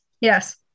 yes